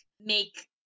make